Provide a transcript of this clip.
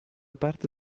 parte